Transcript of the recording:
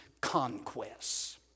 conquests